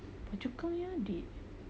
phua chu kang yang adik